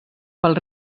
pel